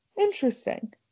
interesting